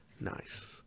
nice